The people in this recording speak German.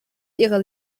ihrer